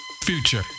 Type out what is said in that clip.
future